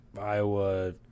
Iowa